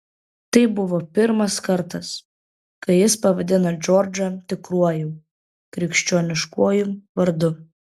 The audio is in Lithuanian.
tai buvo pirmas kartas kai jis pavadino džordžą tikruoju krikščioniškuoju vardu